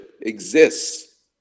exists